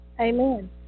Amen